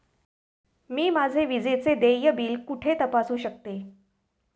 मी माझे विजेचे देय बिल कुठे तपासू शकते?